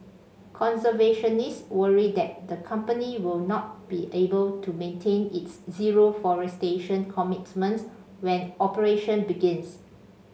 conservationists worry that the company will not be able to maintain its zero forestation commitment when operation begins